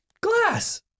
Glass